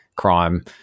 crime